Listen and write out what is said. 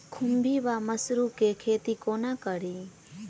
खुम्भी वा मसरू केँ खेती कोना कड़ी?